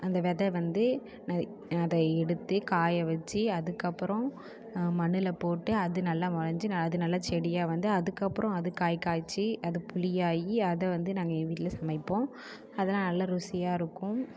அந்த வெதை வந்து அதை எடுத்து காய வெச்சு அதுக்கப்பறம் மண்ணில் போட்டு அது நல்லா விளஞ்சி நான் அது நல்லா செடியாக வந்து அதுக்கப்றம் அது காய் காய்த்து அது புளி ஆகி அதை வந்து நாங்கள் என் வீட்டில் சமைப்போம் அது நல்லா ருசியாக இருக்கும்